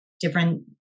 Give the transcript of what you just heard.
different